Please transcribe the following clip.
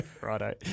Righto